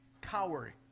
cowering